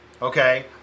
Okay